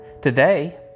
Today